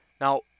now